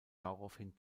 daraufhin